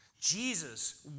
Jesus